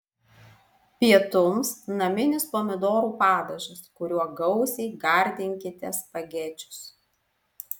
pietums naminis pomidorų padažas kuriuo gausiai gardinkite spagečius